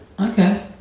Okay